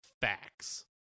facts